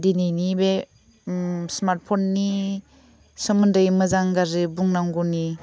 दिनैनि बे उम स्मार्ट फन नि सोमोन्दै मोजां गाज्रि बुंनांगौनि